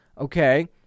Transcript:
okay